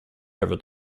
over